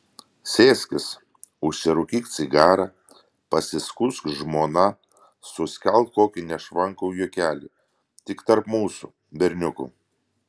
sėskis užsirūkyk cigarą pasiskųsk žmona suskelk kokį nešvankų juokelį tik tarp mūsų berniukų